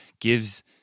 gives